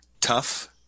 tough